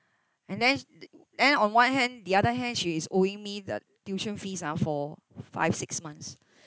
and then t~ then on one hand the other hand she is owing me the tuition fees ah for five six months